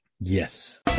Yes